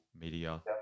media